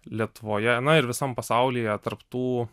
lietuvoje na ir visam pasaulyje tarp tų